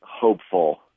hopeful